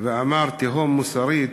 ואמר "תהום מוסרית",